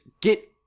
get